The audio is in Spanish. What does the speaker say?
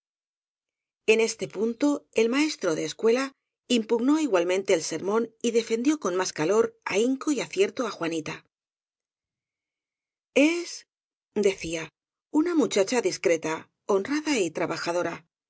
en este punto el maestro de escuela impugnó igualmente el sermón y defendió con más calor ahinco y acierto á juanita es decía una muchacha discreta honrada y trabajadora